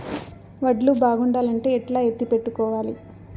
వడ్లు బాగుండాలంటే ఎట్లా ఎత్తిపెట్టుకోవాలి?